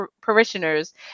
parishioners